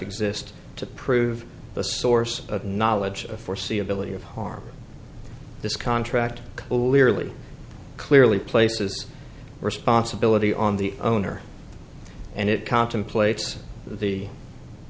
exist to prove the source of knowledge of foreseeability of harm in this contract we really clearly places responsibility on the owner and it contemplates the the